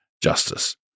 justice